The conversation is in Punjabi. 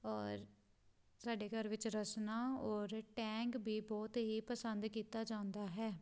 ਔਰ ਸਾਡੇ ਘਰ ਵਿੱਚ ਰਸਨਾ ਔਰ ਟੈਂਗ ਵੀ ਬਹੁਤ ਹੀ ਪਸੰਦ ਕੀਤਾ ਜਾਂਦਾ ਹੈ